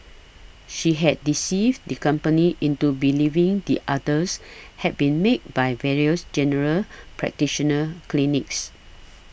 she had deceived the company into believing the others had been made by various general practitioner clinics